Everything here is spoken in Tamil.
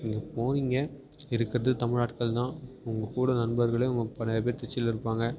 நீங்கள் போனீங்கள் இருக்கிறது தமிழ் ஆட்கள் தான் உங்கள் கூட நண்பர்களையும் உங்கள் நிறைய பேர் திருச்சியில் இருப்பாங்க